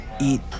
eat